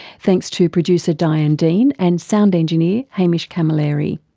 thanks to producer diane dean and sound engineer hamish camilleri.